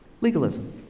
Legalism